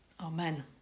Amen